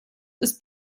ist